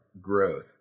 growth